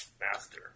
Master